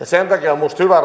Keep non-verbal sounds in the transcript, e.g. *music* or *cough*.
*unintelligible* sen takia minusta hyvä *unintelligible*